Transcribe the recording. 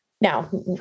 Now